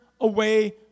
away